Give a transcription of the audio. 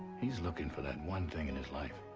he's looking for that one thing in his life,